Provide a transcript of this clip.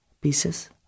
pieces